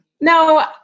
no